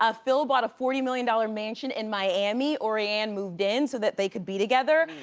ah phil bought a forty million dollars mansion in miami. orianne moved in so that they could be together.